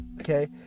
Okay